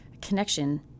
connection